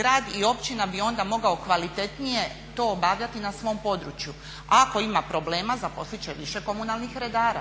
Grad i općina bi onda mogao kvalitetnije to obavljati na svom području. Ako ima problema zaposlit će više komunalnih redara,